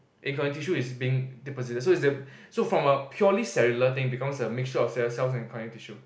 a connective tissue is being deposition so from a purely cellular thing becomes a mixture of cellular cells and connective tissue